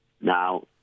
Now